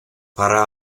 para